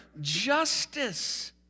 justice